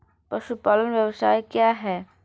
पशुपालन व्यवसाय क्या है?